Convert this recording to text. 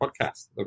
podcast